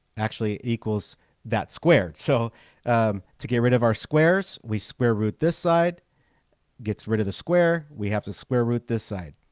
actually equals that squared so to get rid of our squares we square root this side gets rid of the square. we have to square root this side